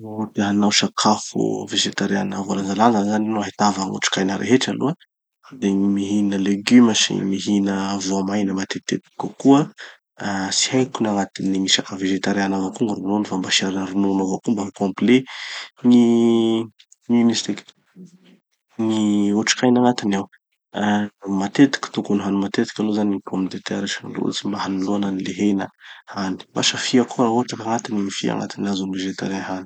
No te hanao sakafo vegetariana voalanjalanja zany hanao ahitava gny otrikaina rehetra de gny mihina leguma sy gny mihina voamaina matetitetiky kokoa. Ah tsy haiko na agnatin'ny gny sakafo vezetariana avao koa gny ronono fa mba asia ronono avao koa mba ho complet gny, gn'ino izy tiky, gny otrikaina agnatiny ao. Ah matetiky tokony ho hany matetiky aloha zany gny pomme de terre sy gny lojy mba hanoloana any le hena hany. Asa fia koa, hôtraky agnatiny gny fia, agnatin'ny azon'ny végétarien hany.